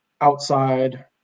outside